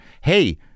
Hey